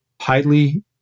highly